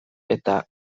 eta